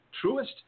truest